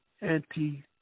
anti